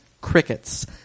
crickets